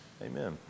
Amen